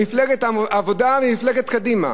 מפלגת העבודה ומפלגת קדימה.